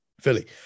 Philly